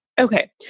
Okay